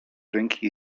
ręki